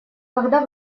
когда